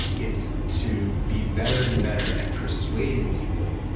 it's to be better and better at persuading people,